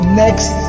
next